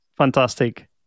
Fantastic